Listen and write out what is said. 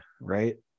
right